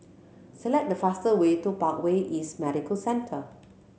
select the fastest way to Parkway East Medical Centre